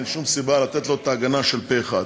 אין שום סיבה לתת לו את ההגנה של פה-אחד.